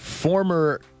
Former